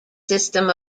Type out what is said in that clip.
system